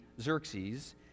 Xerxes